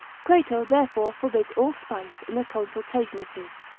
crato therefore forbids all spice, in a consultation of his,